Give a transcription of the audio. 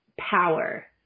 power